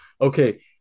okay